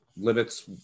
limits